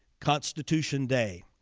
constitution day.